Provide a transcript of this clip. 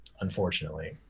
unfortunately